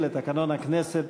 לתקנון הכנסת.